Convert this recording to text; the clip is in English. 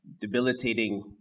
debilitating